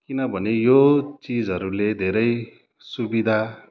किनभने यो चिजहरूले धेरै सुविधा